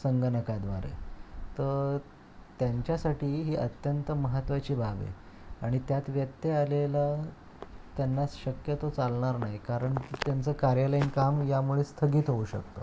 संगणकाद्वारे तर त्यांच्यासाठी ही अत्यंत महत्त्वाची बाब आहे आणि त्यात व्यत्यय आलेला त्यांना शक्यतो चालणार नाही कारण की त्यांचं कार्यालयीन काम यामुळे स्थगित होऊ शकतं